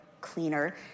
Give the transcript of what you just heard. cleaner